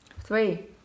Three